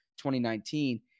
2019